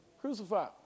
crucified